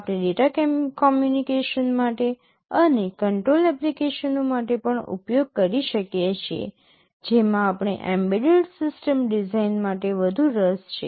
આપણે data communication માટે અને કંટ્રોલ એપ્લિકેશનો માટે પણ ઉપયોગ કરી શકીએ છીએ જેમાં આપણે એમ્બેડેડ સિસ્ટમ ડિઝાઇન માટે વધુ રસ છે